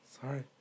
Sorry